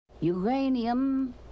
Uranium